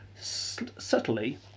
subtly